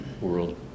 world